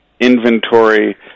inventory